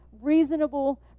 reasonable